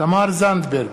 תמר זנדברג,